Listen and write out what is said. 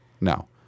no